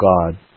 God